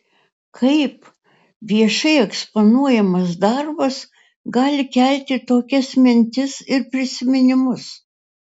kaip viešai eksponuojamas darbas gali kelti tokias mintis ir prisiminimus